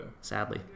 Sadly